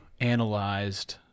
analyzed